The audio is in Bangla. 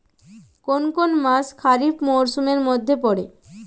কোন কোন মাস খরিফ মরসুমের মধ্যে পড়ে?